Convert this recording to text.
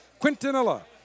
Quintanilla